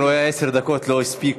אני רואה שעשר דקות לא הספיקו.